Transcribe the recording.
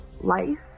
life